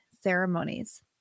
ceremonies